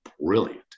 brilliant